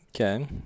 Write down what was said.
Okay